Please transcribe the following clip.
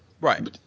Right